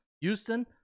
Houston